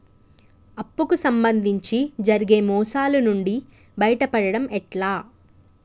అప్పు కు సంబంధించి జరిగే మోసాలు నుండి బయటపడడం ఎట్లా?